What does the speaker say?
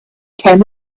came